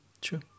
True